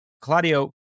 Claudio